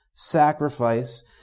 sacrifice